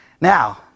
Now